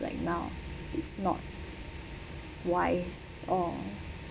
right now it's not wise um